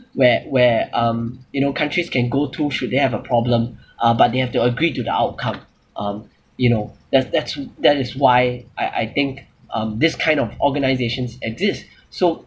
where where um you know countries can go to should they have a problem uh but they have to agree to the outcome um you know that's that's who that is why I I think um this kind of organizations exist so